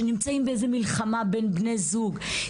שנמצאים באיזה מלחמה בין בני זוג,